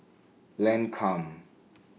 Lancome